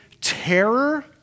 terror